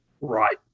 right